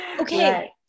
Okay